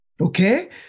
Okay